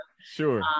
Sure